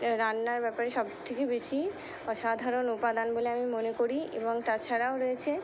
রান্নার ব্যাপারে সবথেকে বেশি অসাধারণ উপাদান বলে আমি মনে করি এবং তাছাড়াও রয়েছে